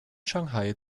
shanghai